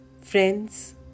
friends